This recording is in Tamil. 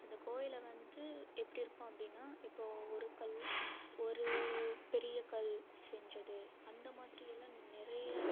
அந்த கோயிலை வந்து எப்படி இருக்கும் அப்படின்னா இப்போது ஒரு கல் ஒரு பெரிய கல் செஞ்சது அந்த மாதிரியெல்லாம் நிறைய